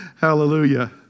Hallelujah